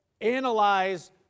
analyze